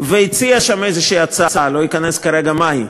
והציעה שם איזו הצעה, לא אכנס כרגע מהי,